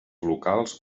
locals